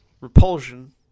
repulsion